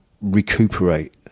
recuperate